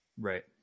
Right